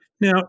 Now